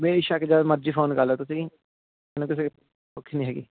ਬੇਸ਼ੱਕ ਜਦ ਮਰਜ਼ੀ ਫੋਨ ਕਰ ਲਿਓ ਤੁਸੀਂ ਮੈਨੂੰ ਕਿਸੇ ਔਖੀ ਨਹੀਂ ਹੈਗੀ